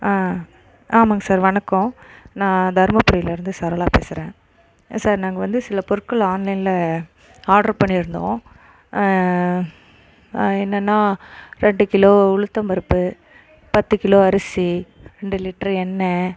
ஆமாங்க சார் வணக்கம் நான் தருமபுரிலேருந்து சரளா பேசுகிறேன் சார் நாங்கள் வந்து சில பொருட்கள் ஆன்லைனில் ஆடரு பண்ணியிருந்தோம் என்னனால் ரெண்டு கிலோ உளுத்தம் பருப்பு பத்து கிலோ அரிசி ரெண்டு லிட்ரு எண்ணெய்